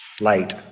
light